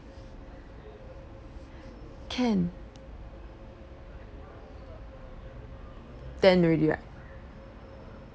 can ten already right